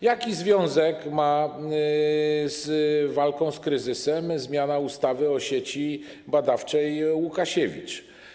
Jaki związek ma z walką z kryzysem zmiana ustawy o Sieci Badawczej Łukasiewicz?